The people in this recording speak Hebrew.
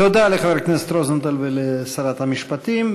תודה לחבר הכנסת רוזנטל ולשרת המשפטים,